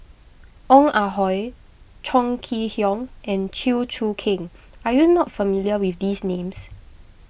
Ong Ah Hoi Chong Kee Hiong and Chew Choo Keng are you not familiar with these names